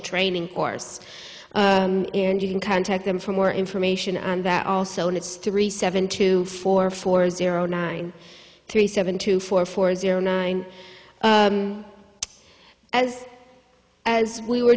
training course and you can contact them for more information that also it's three seven two four four zero nine three seven two four four zero nine as as we were